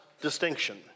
distinction